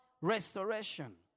restoration